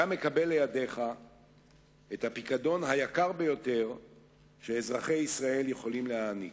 אתה מקבל לידיך את הפיקדון היקר ביותר שאזרחי ישראל יכולים להעניק,